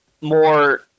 more